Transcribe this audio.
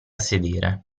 sedere